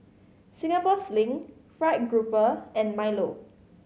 Singapore Sling fried grouper and milo